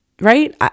Right